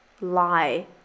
lie